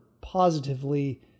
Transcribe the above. positively